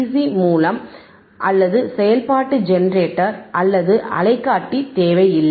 C மூல அல்லது செயல்பாட்டு ஜெனரேட்டர் அல்லது அலைக்காட்டி தேவையில்லை